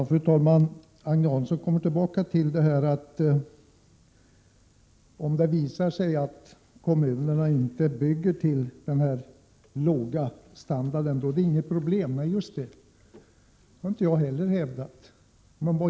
Fru talman! Agne Hansson upprepar att det inte blir fråga om några problem om kommunerna inte bygger enligt denna låga standard. Nej, det har jag inte heller hävdat.